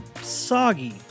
soggy